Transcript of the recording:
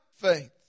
faith